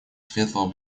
светлого